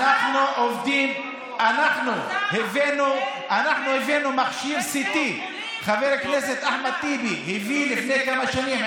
אנחנו הבאנו מכשיר CT חבר הכנסת אחמד טיבי הביא לפני כמה שנים,